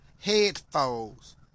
headphones